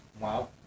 Wow